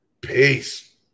Peace